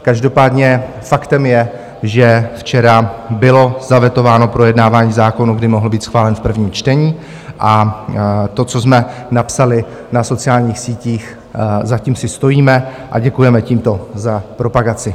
Každopádně faktem je, že včera bylo zavetováno projednávání zákona, který mohl být schválen v prvním čtení, a to, co jsme napsali na sociálních sítích, za tím si stojíme a děkujeme tímto za propagaci.